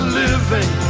living